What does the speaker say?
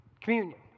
Communion